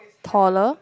taller